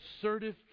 assertive